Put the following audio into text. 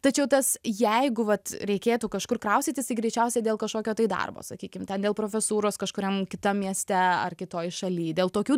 tačiau tas jeigu vat reikėtų kažkur kraustytis greičiausiai dėl kažkokio tai darbo sakykim ten dėl profesūros kažkuriam kitam mieste ar kitoj šaly dėl tokių